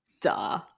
duh